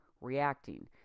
reacting